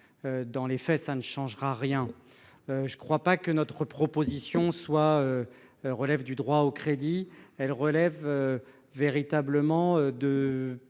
Dans les faits ça ne changera rien. Je ne crois pas que notre proposition soit. Relève du droit au crédit. Elle relève. Véritablement de